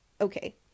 okay